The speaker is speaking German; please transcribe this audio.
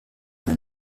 mal